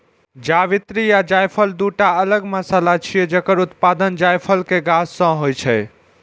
जावित्री आ जायफल, दूटा अलग मसाला छियै, जकर उत्पादन जायफल के गाछ सं होइ छै